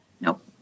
Nope